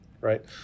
right